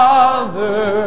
Father